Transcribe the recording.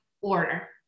order